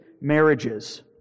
marriages